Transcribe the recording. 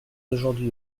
aujourd’hui